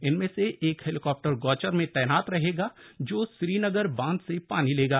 इनमें से एक हेलीकॉप्टर गौचर में तैनात रहेगा जो श्रीनगर बांध से पानी लेगा